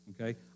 okay